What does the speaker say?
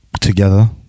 together